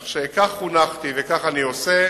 כך חונכתי, וכך אני עושה: